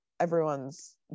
everyone's